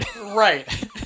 right